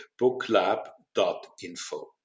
booklab.info